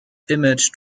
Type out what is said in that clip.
image